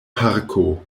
parko